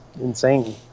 insane